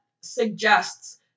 suggests